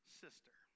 sister